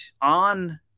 on